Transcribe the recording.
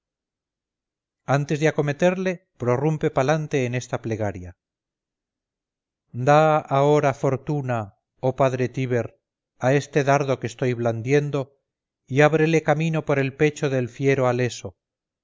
antes de acometerle prorrumpe palante en esta plegaria da ahora fortuna oh padre tíber a este dardo que estoy blandiendo y ábrele camino por el pecho del fiero haleso